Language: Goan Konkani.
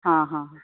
हां हां